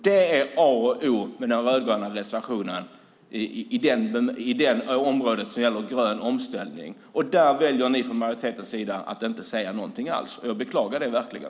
Det är A och O i den rödgröna reservationen inom det område som gäller grön omställning. Där väljer ni från majoritetens sida att inte säga någonting alls. Jag beklagar det verkligen.